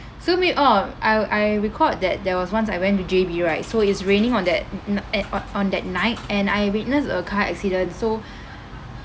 so me oh I I recalled that there was once I went to J_B right so it's raining on that mm mm and on on that night and I witnessed a car accident so